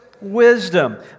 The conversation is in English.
wisdom